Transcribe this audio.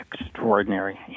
extraordinary